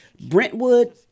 Brentwood